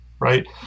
Right